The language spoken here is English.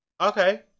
Okay